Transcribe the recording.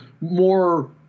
more